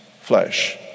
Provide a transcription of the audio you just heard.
flesh